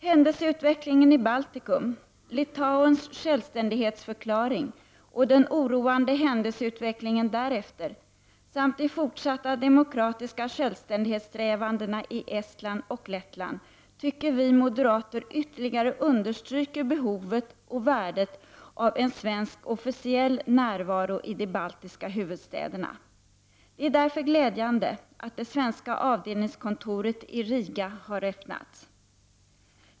Händelseutvecklingen i Baltikum — Litauens självständighetsförklaring och den oroande händelseutvecklingen därefter samt de fortsatta demokratiska självständighetssträvandena i Estland och Lettland — tycker vi moderater ytterligare understryker behovet och värdet av en svensk officiell närvaro i de baltiska huvudstäderna. Det är därför glädjande att det svenska avdelningskontoret i Riga har öppnats.